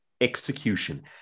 execution